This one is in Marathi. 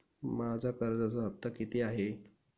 माझा कर्जाचा हफ्ता किती आहे?